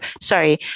sorry